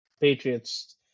Patriots